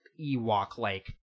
Ewok-like